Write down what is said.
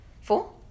Four